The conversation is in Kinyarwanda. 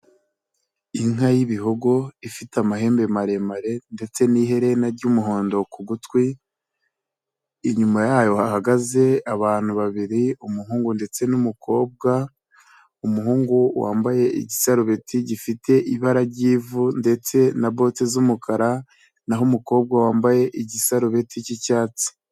Inka y'ibihogo ifite amahembe maremare ndetse n'iherena ry'umuhondo ku gutwi, inyuma yayo hahagaze abantu babiri umuhungu ndetse n'umukobwa, umuhungu wambaye igisharubeti gifite ibara ry'ivu ndetse na bote z'umukara, naho umukobwa wambaye igisarubeti k'icyatsi.